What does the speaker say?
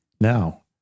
Now